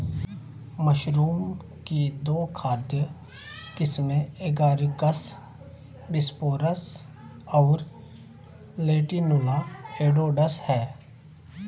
mushroom की दो खाद्य किस्में एगारिकस बिस्पोरस और लेंटिनुला एडोडस है